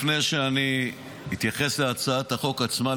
לפני שאני אתייחס להצעת החוק עצמה,